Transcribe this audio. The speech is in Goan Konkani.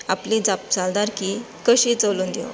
आपली जापसालदारकी कशी चलोवन घेवप